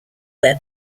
their